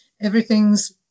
everything's